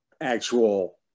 actual